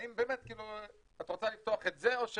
האם את רוצה לפתוח את זה?